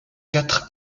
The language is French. quatre